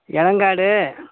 Elangadu